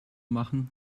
machen